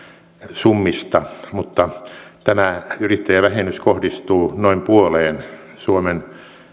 summista mutta tämä yrittäjävähennys kohdistuu noin puoleen suomen